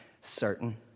certain